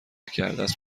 کردست